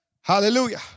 hallelujah